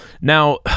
Now